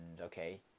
okay